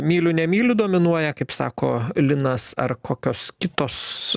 myliu nemyliu dominuoja kaip sako linas ar kokios kitos